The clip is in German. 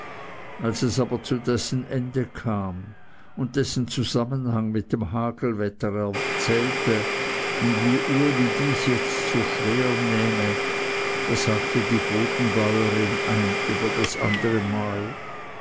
als es aber zu dessen ende kam und dessen zusammenhang mit dem hagelwetter erzählte und wie uli dies jetzt so schwer nehme da sagte die bodenbäurin ein über das andere mal